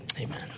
amen